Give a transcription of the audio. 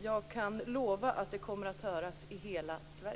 Jag kan lova att detta kommer att höras i hela Sverige.